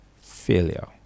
failure